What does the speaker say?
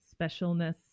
specialness